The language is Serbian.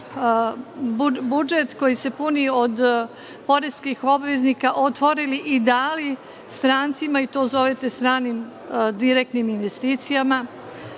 budžet koji se puni od poreskih obveznika otvorili i dali strancima i to zovete stranim direktnim investicijama.